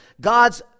God's